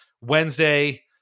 Wednesday